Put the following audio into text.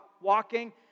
walking